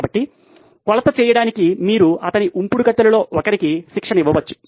కాబట్టి కొలత చేయడానికి మీరు అతని ఉంపుడుగత్తెలలో ఒకరికి శిక్షణ ఇవ్వవచ్చు